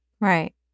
Right